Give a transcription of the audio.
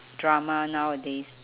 drama nowadays